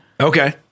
Okay